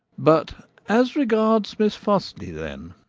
but as regards miss fosli, then?